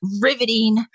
riveting